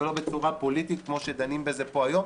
ולא בצורה פוליטית כמו שדנים בזה פה היום.